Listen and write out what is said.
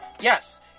yes